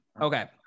Okay